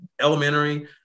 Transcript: elementary